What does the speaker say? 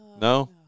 No